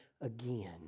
again